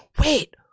wait